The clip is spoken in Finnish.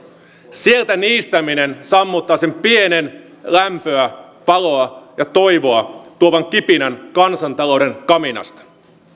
sieltä niistäminen sammuttaa sen pienen lämpöä valoa ja toivoa tuovan kipinän kansantalouden kamiinasta